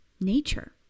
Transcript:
nature